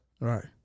Right